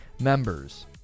members